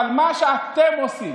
אבל מה שאתם עושים